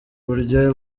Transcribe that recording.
uburyohe